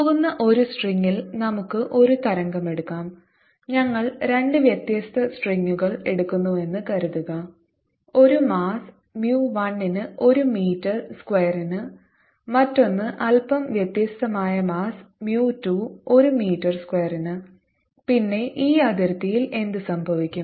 പോകുന്ന ഒരു സ്ട്രിംഗിൽ നമുക്ക് ഒരു തരംഗമെടുക്കാം ഞങ്ങൾ രണ്ട് വ്യത്യസ്ത സ്ട്രിംഗുകൾ എടുക്കുന്നുവെന്ന് കരുതുക ഒരു മാസ്സ് mu 1 ന് ഒരു മീറ്റർ സ്ക്വയറിന് മറ്റൊന്ന് അല്പം വ്യത്യസ്തമായ മാസ്സ് mu 2 ഒരു മീറ്റർ സ്ക്വയറിന് പിന്നെ ഈ അതിർത്തിയിൽ എന്ത് സംഭവിക്കും